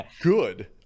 good